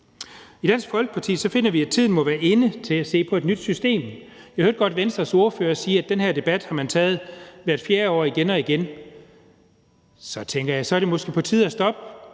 I Dansk Folkeparti finder vi, at tiden må være inde til at se på et nyt system. Jeg hørte godt Venstres ordfører sige, at den her debat har man taget hvert fjerde år igen og igen. Så tænker jeg, at det måske så er på tide at stoppe